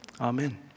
Amen